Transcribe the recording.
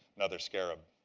another scarab.